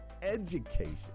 education